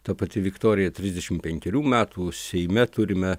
ta pati viktorija trisdešimt penkerių metų seime turime